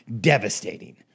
devastating